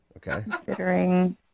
considering